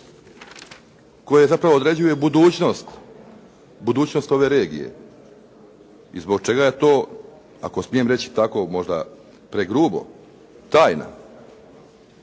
koje zapravo određuje budućnost ove regije. I zbog čega je to, ako smijem reći možda tako pregrubo, tajna.